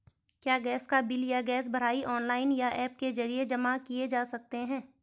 क्या गैस का बिल या गैस भराई ऑनलाइन या ऐप के जरिये जमा किये जा सकते हैं?